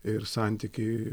ir santykiai